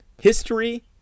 history